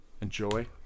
Enjoy